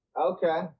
Okay